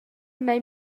mei